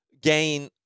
gain